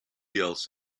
else